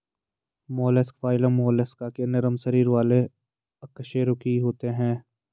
mollusc phylum Mollusca के नरम शरीर वाले अकशेरुकी होते हैं